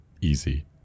easy